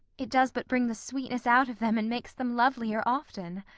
it does but bring the sweetness out of them, and makes them lovelier often.